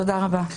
תודה רבה.